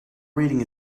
reading